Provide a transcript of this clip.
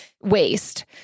waste